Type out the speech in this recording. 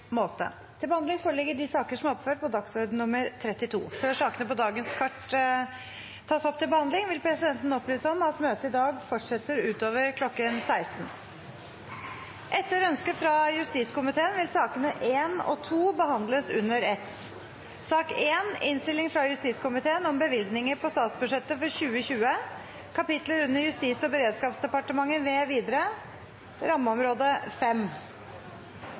måte. Før sakene på dagens kart tas opp til behandling, vil presidenten opplyse om at møtet i dag fortsetter utover kl. 16. Etter ønske fra justiskomiteen vil sakene nr. 1 og 2 behandles under ett. Etter ønske fra justiskomiteen vil debatten bli begrenset til 1 time og